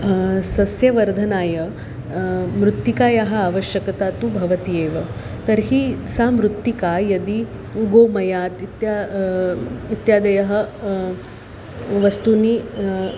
सस्यवर्धनाय मृत्तिकायाः आवश्यकता तु भवति एव तर्हि सा मृत्तिका यदि गोमयात् इत्यादि इत्यादयः वस्तूनि